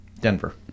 Denver